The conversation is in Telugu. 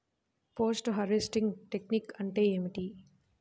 పోస్ట్ హార్వెస్టింగ్ టెక్నిక్ అంటే ఏమిటీ?